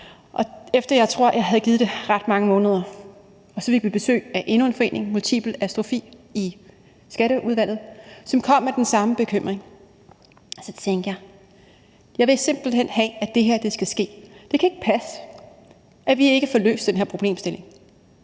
Og efter at jeg, tror jeg, havde givet ministeren ret mange måneder, fik vi besøg af endnu en forening, Landsforeningen Multipel System Atrofi, i Skatteudvalget, som kom med den samme bekymring. Og så tænkte jeg: Jeg vil simpelt hen have, at det her skal ske. Det kan ikke passe, at vi ikke får løst den her problemstilling.